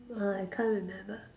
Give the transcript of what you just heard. I can't remember